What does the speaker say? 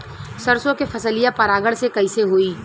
सरसो के फसलिया परागण से कईसे होई?